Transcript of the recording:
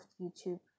youtube